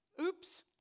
oops